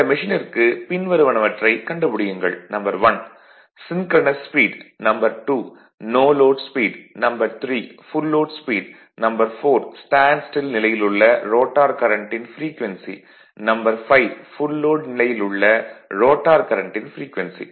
இந்த மெஷினிற்கு பின்வருவனவற்றைக் கண்டுபிடியுங்கள் 1 synchronous speed 2 no load speed 3 full load speed 4 standstill நிலையில் உள்ள ரோட்டார் கரண்ட்டின் ப்ரீக்வென்சி 5 ஃபுல் லோட் நிலையில் உள்ள ரோட்டார் கரண்ட்டின் ப்ரீக்வென்சி